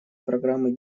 программы